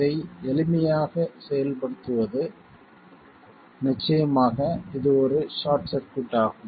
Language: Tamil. இதை எளிமையாக செயல்படுத்துவது நிச்சயமாக இது ஒரு ஷார்ட் சர்க்யூட் ஆகும்